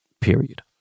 period